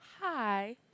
hi